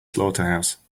slaughterhouse